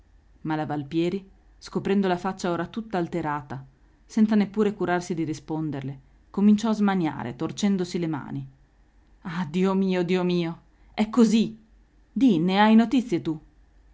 ma la valpieri scoprendo la faccia ora tutta alterata senza neppur curarsi di risponderle cominciò a smaniare torcendosi le mani ah dio mio dio mio è così di ne hai notizie tu